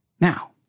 Now